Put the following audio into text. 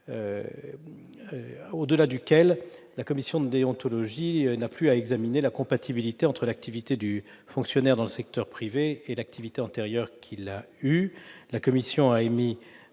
au-delà duquel la commission de déontologie n'a plus à examiner la compatibilité entre l'activité du fonctionnaire dans le secteur privé et son activité antérieure dans l'administration. La commission a émis